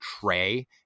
tray